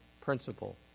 principle